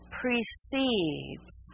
precedes